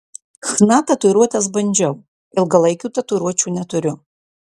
chna tatuiruotes bandžiau ilgalaikių tatuiruočių neturiu